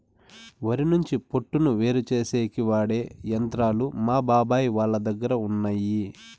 వరి నుంచి పొట్టును వేరుచేసేకి వాడె యంత్రాలు మా బాబాయ్ వాళ్ళ దగ్గర ఉన్నయ్యి